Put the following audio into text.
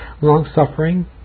long-suffering